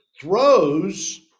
throws